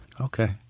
Okay